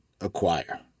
acquire